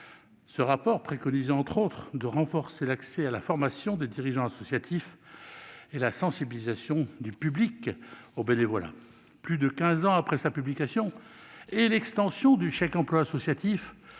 Ce rapport préconisait, entre autres dispositifs, de renforcer l'accès à la formation des dirigeants associatifs et la sensibilisation du public au bénévolat. Plus de quinze ans après sa publication et l'extension du chèque emploi associatif,